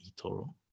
eToro